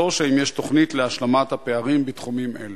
3. האם יש תוכנית להשלמת הפערים בתחומים האלה?